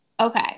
Okay